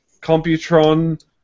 Computron